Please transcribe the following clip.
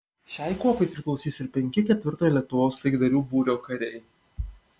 šiai kuopai priklausys ir penki ketvirtojo lietuvos taikdarių būrio kariai